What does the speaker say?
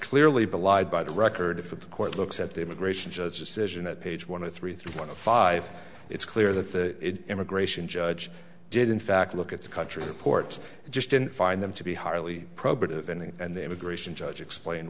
clearly belied by the record if the court looks at the immigration judge decision at page one of three through one of five it's clear that the immigration judge did in fact look at the country report just didn't find them to be highly probative and the immigration judge explain